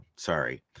Sorry